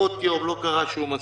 פחות יום, לא קרה שום אסון.